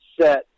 set